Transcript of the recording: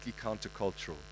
countercultural